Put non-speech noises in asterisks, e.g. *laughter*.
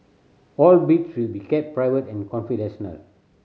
all bids will be kept private and *unintelligible*